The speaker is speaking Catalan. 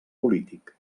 polític